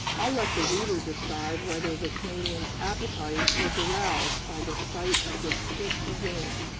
i'll let the reader decide whether the canadian's appetite was aroused by the sight of this tasty game,